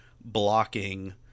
blocking